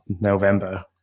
november